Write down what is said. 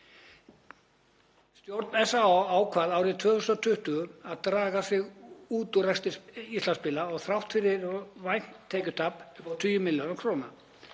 Stjórn SÁÁ ákvað árið 2020 að draga sig út úr rekstri Íslandsspila þrátt fyrir vænt tekjutap upp á tugi milljóna króna.